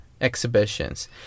exhibitions